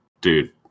dude